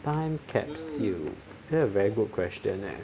time capsule hmm very good question leh